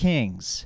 Kings